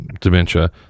dementia